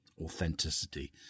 authenticity